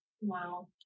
wow